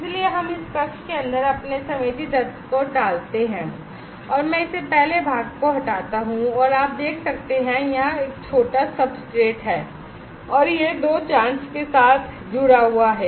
इसलिए हम इस कक्ष के अंदर अपने संवेदी तत्व को डालते हैं और मैं इसे पहले भाग को हटाता हूं और आप देख सकते हैं कि यहां एक छोटा substrate है और यह दो जांच के साथ जुड़ा हुआ है